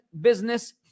business